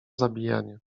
zabijanie